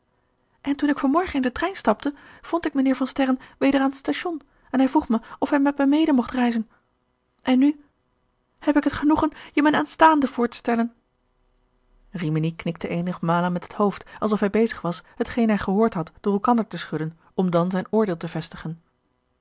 en toen ik van morgen in den trein stapte vond gerard keller het testament van mevrouw de tonnette ik mijnheer van sterren weder aan het station en hij vroeg me of hij met me mede mocht reizen en nu heb ik het genoegen je mijn aanstaande voor te stellen rimini knikte eenige malen met het hoofd alsof hij bezig was hetgeen hij gehoord had door elkander te schudden om dan zijn oordeel te vestigen